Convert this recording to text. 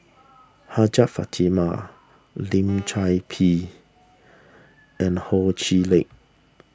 Hajjah Fatimah Lim Chor Pee and Ho Chee Lick